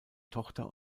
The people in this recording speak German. tochter